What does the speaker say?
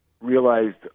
Realized